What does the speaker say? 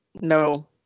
No